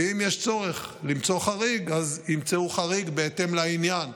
ואם יש צורך למצוא חריג, ימצאו חריג בהתאם לעניין,